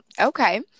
Okay